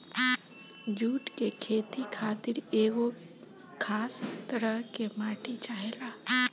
जुट के खेती खातिर एगो खास तरह के माटी चाहेला